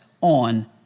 on